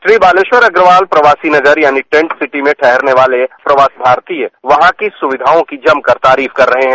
श्री बालेश्वर अग्रवाल प्रवासी नगर यानी टेंट सिटी में ठहरने वाले प्रवास भारतीय वहां की सुविधाओं की जमकर तारीफ कर रहे हैं